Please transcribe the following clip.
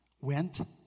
Went